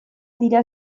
dira